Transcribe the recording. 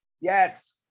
Yes